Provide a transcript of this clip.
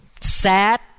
sad